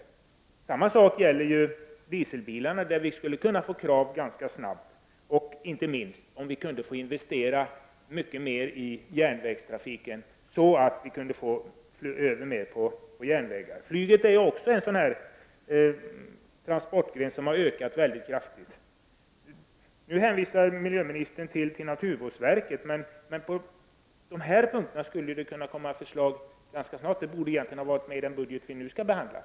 Detsamma gäller för dieseldrivna bilar, för vilka krav ganska snabbt skulle kunna fastställas. Inte minst skulle utsläppen minska om vi investerade mycket mer i järnvägstrafiken. Också flyget är ju en transportgren som har ökat kraftigt. Nu hänvisar miljöministern till naturvårdsverket, men redan i den budget som vi nu skall behandla borde det på den här punkten ha funnits med förslag.